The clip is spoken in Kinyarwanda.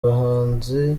abanzi